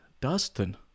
Dustin